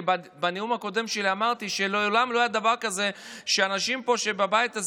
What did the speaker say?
כי בנאום הקודם שלי אמרתי שמעולם לא היה דבר כזה שאנשים שבבית הזה